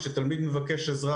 כשתלמיד מבקש עזרה,